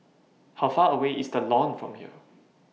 How Far away IS The Lawn from here